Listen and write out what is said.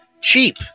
Cheap